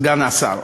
סגן השר.